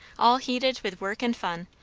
all heated with work and fun,